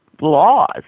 laws